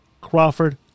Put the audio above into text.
Crawford